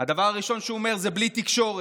הדבר הראשון שהוא אומר זה "בלי תקשורת".